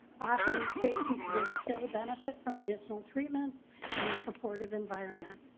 often these patients would still benefit from additional treatment and a supportive environment.